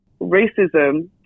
Racism